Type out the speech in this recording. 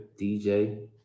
DJ